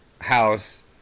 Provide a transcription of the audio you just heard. house